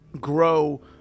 grow